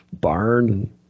barn